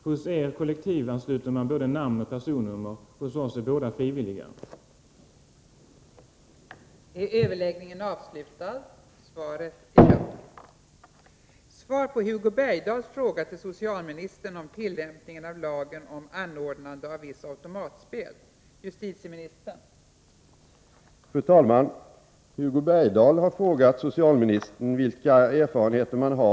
Hos er kollektivansluts man och får både namn och personnummer antecknade. Hos oss är både anslutningen och användningen av personnummer frivillig.